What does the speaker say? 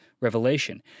Revelation